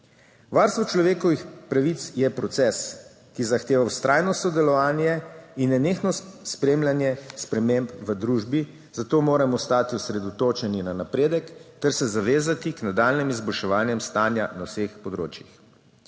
Varstvo človekovih pravic je proces, ki zahteva vztrajno sodelovanje in nenehno spremljanje sprememb v družbi, zato moramo ostati osredotočeni na napredek ter se zavezati k nadaljnjim izboljševanjem stanja na vseh področjih.